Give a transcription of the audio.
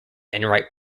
enright